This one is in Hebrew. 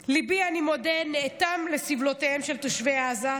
ליבי, אני מודה, נאטם לסבלותיהם של תושבי עזה.